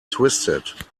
twisted